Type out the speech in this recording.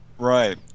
Right